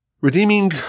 Redeeming